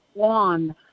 on